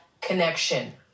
connection